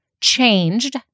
changed